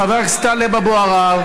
חבר הכנסת טלב אבו עראר,